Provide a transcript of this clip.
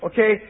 Okay